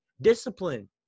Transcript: Discipline